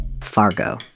Fargo